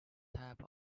type